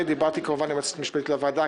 ודיברתי כמובן גם עם היועצת המשפטית לוועדה,